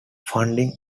funding